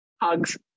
hugs